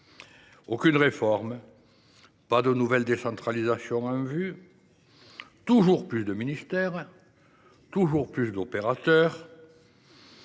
Aucune réforme, aucune nouvelle décentralisation en vue,… Si !… mais toujours plus de ministères, toujours plus d’opérateurs.